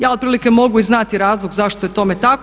Ja otprilike mogu i znati razlog zašto je tome tako.